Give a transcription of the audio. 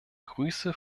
grüße